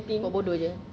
buat bodoh jer